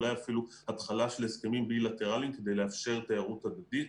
אולי אפילו התחלה של הסכמים בילטרליים כדי לאפשר תיירות הדדית,